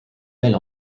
mêle